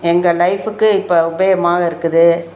எங்கள் லைஃபுக்கு இப்போ உபயோகமாக இருக்குது